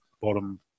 bottom